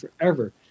forever